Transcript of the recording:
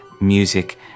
music